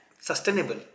sustainable